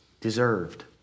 deserved